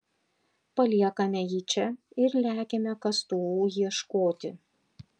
paliekame jį čia ir lekiame kastuvų ieškoti